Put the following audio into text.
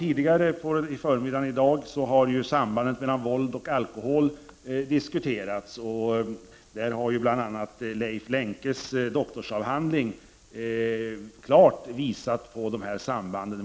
Tidigare på förmiddagen i dag har sambandet mellan våld och alkohol diskuterats. Bl.a. Leif Lenkes doktorsavhandling har klart visat på det här sambandet.